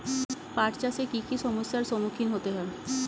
পাঠ চাষে কী কী সমস্যার সম্মুখীন হতে হয়?